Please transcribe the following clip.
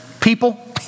People